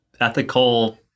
ethical